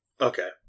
Okay